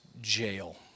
jail